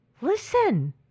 listen